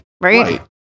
right